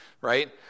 right